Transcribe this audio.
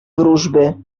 wróżby